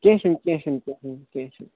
کیٚنہہ چھُنہٕ کیٚنہہ چھُنہٕ کیٚنہہ چھُنہٕ